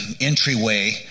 entryway